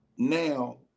now